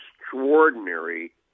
extraordinary